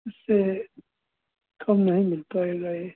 इस से कम नही मिल पाएगा ये